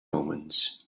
omens